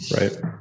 Right